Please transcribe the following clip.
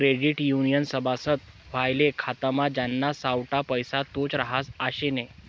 credit युनियननं सभासद व्हवाले खातामा ज्याना सावठा पैसा तोच रहास आशे नै